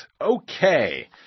Okay